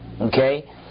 Okay